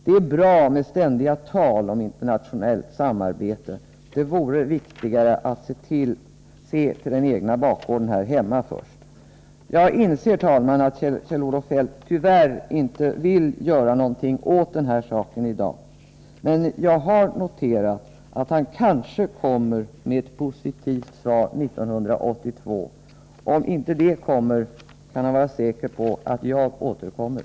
Det är bra med ständiga tal om internationellt samarbete, men det vore viktigare att först se på vad som sker på den egna bakgården. Jaginser, herr talman, att Kjell-Olof Feldt tyvärr inte vill göra någonting åt den här frågan i dag, men jag har noterat att han kanske lägger fram ett positivt förslag 1985. Om inte, kan han vara säker på att jag återkommer.